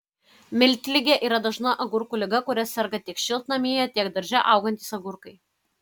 miltligė yra dažna agurkų liga kuria serga tiek šiltnamyje tiek darže augantys agurkai